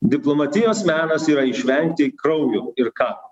diplomatijos menas yra išvengti kraujo ir ką